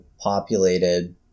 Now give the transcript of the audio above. populated